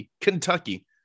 Kentucky